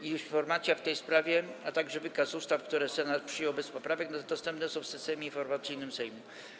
Informacja w tej sprawie, a także wykaz ustaw, które Senat przyjął bez poprawek, dostępne są w Systemie Informacyjnym Sejmu.